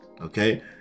okay